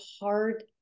hard